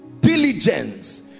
diligence